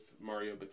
Mario